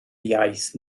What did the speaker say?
iaith